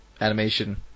animation